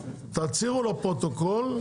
תצהירו לפרוטוקול,